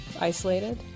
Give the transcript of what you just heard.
isolated